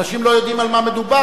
אנשים לא יודעים על מה מדובר.